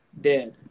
dead